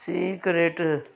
secret